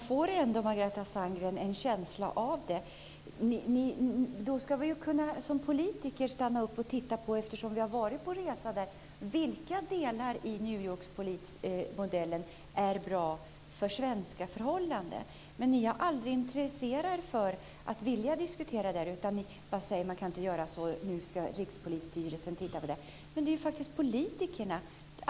Fru talman! Man får ändå en känsla av det. Vi har ändå varit på resa dit och bör som politiker kunna ta ställning till vilka delar av New York-modellen som är bra för svenska förhållanden. Men ni har aldrig intresserat er för en sådan diskussion utan säger bara att man inte kan göra detta och att i stället Rikspolisstyrelsen ska titta på det här.